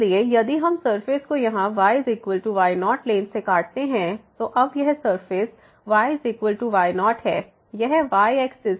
इसलिए यदि हम सरफेस को यहाँ yy0 प्लेन से काटते हैं तो अब यह सरफेस yy0 है यह yएक्सिस है